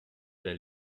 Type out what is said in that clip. der